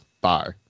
Bye